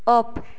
of